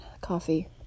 Coffee